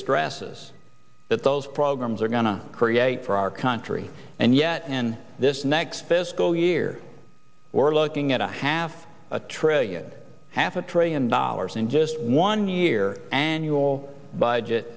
stresses that those programs are going to create for our country and yet in this next fiscal year we're looking at a half a trillion half a trillion dollars in just one year annual budget